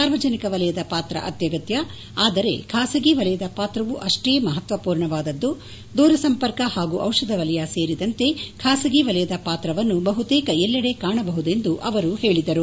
ಸಾರ್ವಜನಿಕ ವಲಯದ ಪಾತ್ರ ಅತ್ಯಗತ್ಯ ಆದರೆ ಖಾಸಗಿ ವಲಯದ ಪಾತ್ರವೂ ಅಷ್ಟೇ ಮಹತ್ಸಪೂರ್ಣವಾದದ್ದು ದೂರಸಂಪರ್ಕ ಹಾಗೂ ಔಷಧ ವಲಯ ಸೇರಿದಂತೆ ಖಾಸಗಿ ವಲಯದ ಪಾತ್ರವನ್ನು ಬಹುತೇಕ ಎಲ್ಲೆಡೆ ಕಾಣಬಹುದು ಎಂದು ಹೇಳಿದ್ದಾರೆ